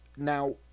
Now